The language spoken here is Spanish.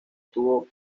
tuvo